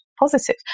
positive